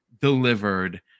delivered